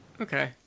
okay